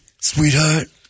sweetheart